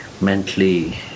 mentally